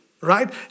right